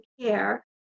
care